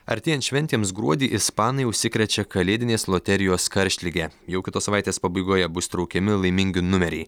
artėjant šventėms gruodį ispanai užsikrečia kalėdinės loterijos karštlige jau kitos savaitės pabaigoje bus traukiami laimingi numeriai